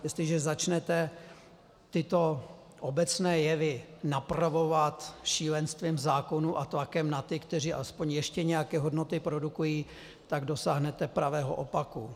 Jestliže začnete tyto obecné jevy napravovat šílenstvím zákonů a tlakem na ty, kteří ještě aspoň nějaké hodnoty produkují, tak dosáhnete pravého opaku.